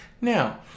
Now